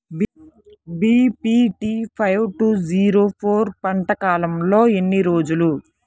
BPT five two zero four పంట కాలంలో ఎన్ని రోజులు?